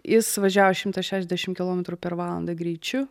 jis važiavo šimtas šešdešimt kilometrų per valandą greičiu